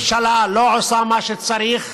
הממשלה לא עושה מה שצריך,